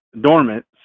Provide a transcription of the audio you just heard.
dormant